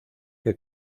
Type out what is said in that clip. que